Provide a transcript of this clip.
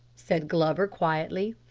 said glover quietly.